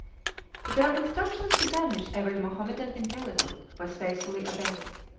their instructions to banish every mohammedan in calicut was faithfully obeyed.